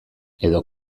edo